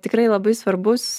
tikrai labai svarbus